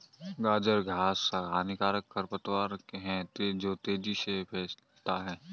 गाजर घास हानिकारक खरपतवार है जो तेजी से फैलता है